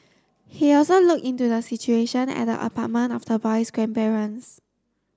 he also looked into the situation at the apartment of the boy's grandparents